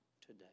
today